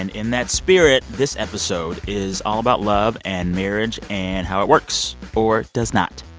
and in that spirit, this episode is all about love and marriage and how it works or does not.